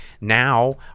now